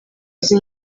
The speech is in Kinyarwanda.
izi